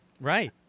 Right